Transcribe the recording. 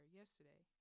yesterday